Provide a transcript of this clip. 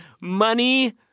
money